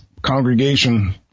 congregation